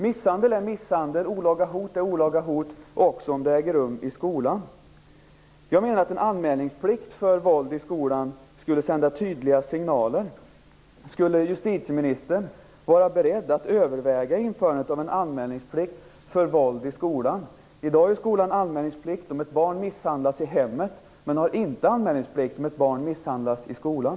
Misshandel är misshandel, olaga hot är olaga hot också om det äger rum i skolan. Jag menar att en anmälningsplikt för våld i skolan skulle sända tydliga signaler. Skulle justitieministern vara beredd att överväga införandet av en anmälningsplikt för våld i skolan? I dag har skolan anmälningsplikt om ett barn misshandlas i hemmet, men inte om ett barn misshandlas i skolan.